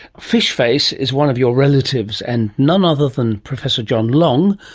fish-face is one of your relatives, and none other than professor john long,